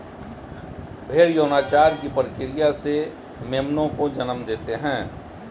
भ़ेड़ यौनाचार की प्रक्रिया से मेमनों को जन्म देते हैं